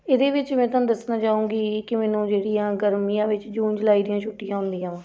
ਇਹਦੇ ਵਿੱਚ ਮੈਂ ਤੁਹਾਨੂੰ ਦੱਸਣਾ ਚਾਹੂੰਗੀ ਕਿ ਮੈਨੂੰ ਜਿਹੜੀਆਂ ਗਰਮੀਆਂ ਵਿੱਚ ਜੂਨ ਜੁਲਾਈ ਦੀਆਂ ਛੁੱਟੀਆਂ ਹੁੰਦੀਆਂ ਵਾ